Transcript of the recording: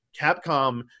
Capcom